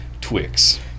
Twix